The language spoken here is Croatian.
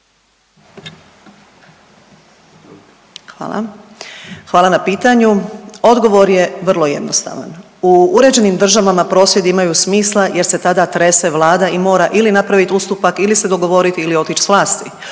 Hvala. Hvala na pitanju. Odgovor je vrlo jednostavan, u uređenim državama prosvjedi imaju smisla jer se tada trese Vlada i mora ili napraviti ustupak ili se dogovoriti ili otić s vlasti